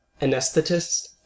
anesthetist